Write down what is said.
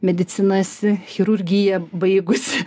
mediciną esi chirurgiją baigusi